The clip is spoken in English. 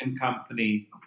company